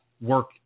work